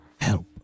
help